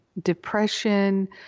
depression